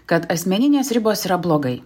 kad asmeninės ribos yra blogai